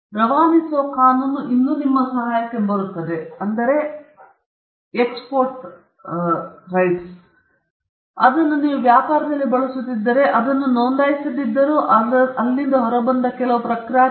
ರವಾನಿಸುವ ಕಾನೂನು ಇನ್ನೂ ನಿಮ್ಮ ಸಹಾಯಕ್ಕೆ ಬರುತ್ತಿದೆ ಏಕೆಂದರೆ ನೀವು ಅದನ್ನು ವ್ಯಾಪಾರದಲ್ಲಿ ಬಳಸುತ್ತಿದ್ದರೆ ನೀವು ಅದನ್ನು ನೋಂದಾಯಿಸದಿದ್ದರೂ ಮತ್ತು ಅದರಲ್ಲಿಂದ ಹೊರಬಂದ ಕೆಲವು ಪ್ರಖ್ಯಾತಿಯನ್ನು ನೀವು ಹೊಂದಿರುತ್ತೀರಿ